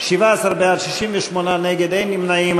17 בעד, 68 נגד, אין נמנעים.